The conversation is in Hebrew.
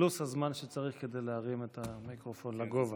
פלוס הזמן שצריך כדי להרים את המיקרופון לגובה.